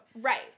Right